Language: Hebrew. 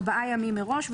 ארבעה ימים מראש,